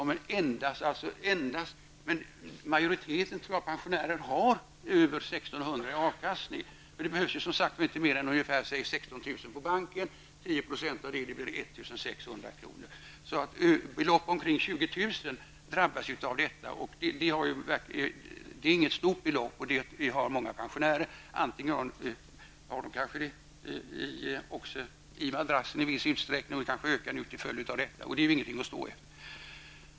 Men majoriteten av pensionärerna har över 1 600 kr. i avkastning. Det behövs inte mer än 16 000 kr. på banken med 10 % avkastning för att man skall få Belopp omkring 20 000 kr. drabbas alltså av detta, och det är inga stora belopp. Sådana besparingar har många pensionärer, kanske i viss utsträckning i madrassen -- något som måhända ökar till följd av detta, och det är inget att stå efter.